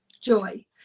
joy